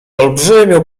olbrzymią